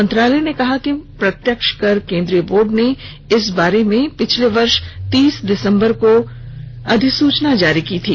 मंत्रालय ने कहा कि प्रत्यक्ष कर केंद्रीय बोर्ड ने इस बारे में पिछले वर्ष तीस दिसम्बर को अधिसूचना जारी की थी